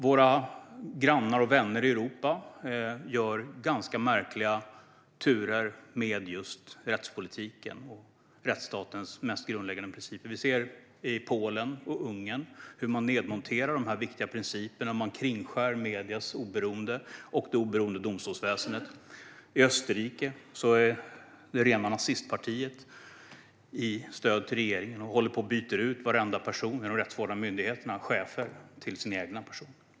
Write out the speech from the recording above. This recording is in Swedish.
Våra grannar och vänner i Europa gör ganska märkliga turer med just rättspolitiken och rättsstatens mest grundläggande principer. Vi ser hur man i Polen och Ungern nedmonterar de här viktiga principerna. Man kringskär mediernas oberoende och det oberoende domstolsväsendet. I Österrike ger rena nazistpartiet stöd till regeringen, och man byter ut varenda person i de rättsvårdande myndigheterna - chefer - till sina egna personer.